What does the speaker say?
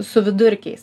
su vidurkiais